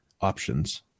options